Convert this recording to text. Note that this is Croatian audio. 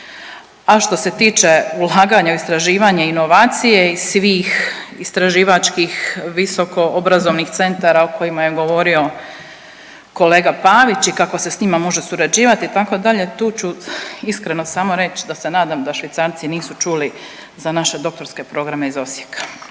A što se tiče ulaganja u istraživanje i inovacije i svih istraživačkih visokoobrazovnih centara o kojima je govorio kolega Pavić i kako se s njima može surađivati itd., tu ću iskreno samo reć da se nadam da Švicarci nisu čuli za naše doktorske programe iz Osijeka.